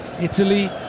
Italy